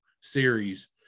series